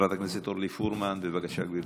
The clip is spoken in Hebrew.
יישארו כמה בתים.